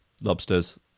lobsters